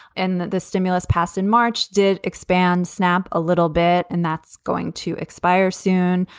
and that the stimulus passed in march did expand snap a little bit. and that's going to expire soon.